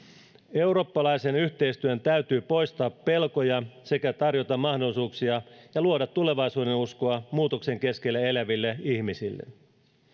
eurooppalaisen yhteistyön täytyy poistaa pelkoja sekä tarjota mahdollisuuksia ja luoda tulevaisuudenuskoa muutoksen keskellä eläville ihmisille